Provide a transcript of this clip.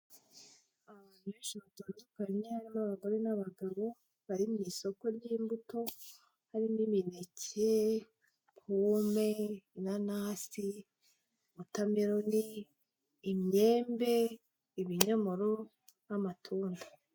Abantu benshi batandukanye, harimo abagore n'abagabo, bari mu isoko ry'imbuto, harimo imineke, pome, inanasi, wotamironi, imyembe, ibinyomoro n'amatunda.